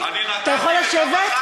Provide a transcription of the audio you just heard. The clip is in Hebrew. אתה יכול לשבת,